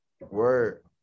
Word